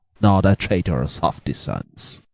nor thy traitorous haughty sons,